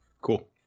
Cool